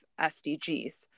SDGs